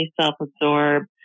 self-absorbed